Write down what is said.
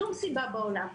שום סיבה בעולם.